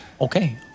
Okay